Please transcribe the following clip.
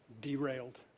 derailed